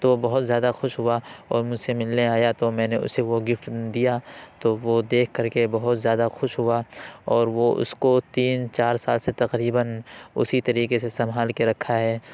تو وہ بہت زیادہ خوش ہوا اور مجھ سے ملنے آیا تو میں نے اسے وہ گفٹ دیا تو وہ دیکھ کر کے بہت زیادہ خوش ہوا اور وہ اس کو تین چار سال سے تقریباً اسی طریقے سے سنبھال کے رکھا ہے